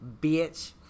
Bitch